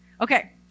Okay